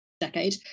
decade